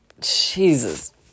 Jesus